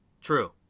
True